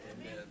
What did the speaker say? Amen